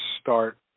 start